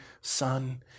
son